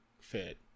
fit